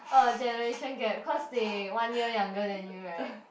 uh generation gap cause they one year younger than you right